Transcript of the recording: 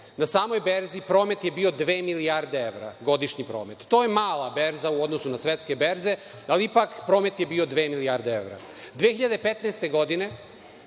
na samoj berzi promet je bio dve milijarde evra – godišnji promet. To je mala berza u odnosu na svetske berze, ali ipak promet je bio dve milijarde evra. Godine